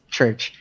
Church